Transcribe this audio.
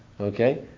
Okay